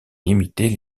limiter